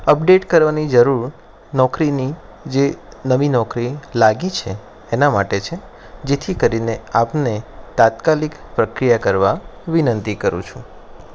update કરવાની જરૂર નોકરીની જે નવી નોકરી લાગી છે એના માટે છે જેથી કરીને આપને તાત્કાલિક પ્રક્રિયા કરવા વિનંતી કરું છું